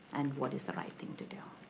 and what is the right thing to do.